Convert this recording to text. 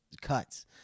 cuts